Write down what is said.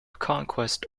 conquest